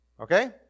Okay